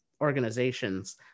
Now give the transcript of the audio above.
organizations